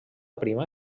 prima